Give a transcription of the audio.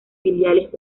filiales